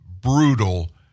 brutal